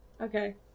Okay